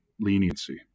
leniency